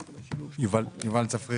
(היו"ר ינון אזולאי)